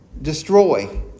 Destroy